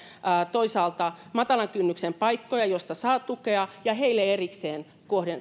toisaalta matalan kynnyksen paikkoja joista saa tukea ja heille erikseen